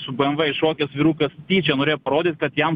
su bmw iššokęs vyrukas tyčia norėjo parodyt kad jam